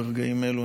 ברגעים אלו,